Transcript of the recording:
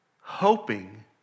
hoping